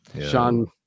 Sean